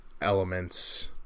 elements